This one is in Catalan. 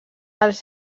als